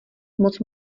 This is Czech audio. moc